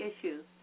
issues